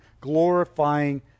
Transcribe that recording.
glorifying